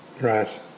Right